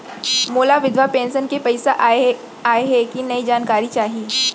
मोला विधवा पेंशन के पइसा आय हे कि नई जानकारी चाही?